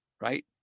right